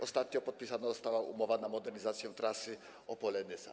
Ostatnio podpisana została umowa na modernizację trasy Opole - Nysa.